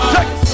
Take